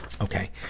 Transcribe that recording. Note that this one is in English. Okay